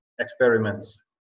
experiments